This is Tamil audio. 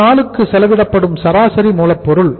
ஒரு நாளுக்கு செலவிடப்படும் சராசரி மூலப்பொருள்